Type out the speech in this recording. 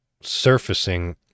surfacing